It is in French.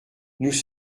nous